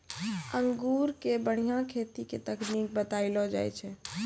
अंगूर के बढ़िया खेती के तकनीक बतइलो जाय छै